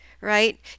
right